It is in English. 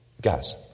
Guys